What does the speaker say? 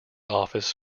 office